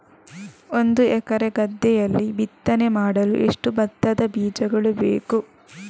ಒಂದು ಎಕರೆ ಗದ್ದೆಯಲ್ಲಿ ಬಿತ್ತನೆ ಮಾಡಲು ಎಷ್ಟು ಭತ್ತದ ಬೀಜಗಳು ಬೇಕು?